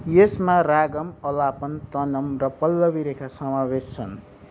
यसमा रागम अलापन तनम र पल्लवी रेखा समावेश छन्